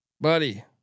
Buddy